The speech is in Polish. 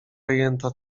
rejenta